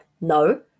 no